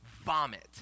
vomit